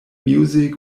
music